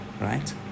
Right